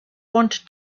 wanted